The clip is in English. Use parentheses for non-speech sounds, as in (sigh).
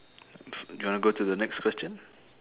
(noise) you want to go to the next question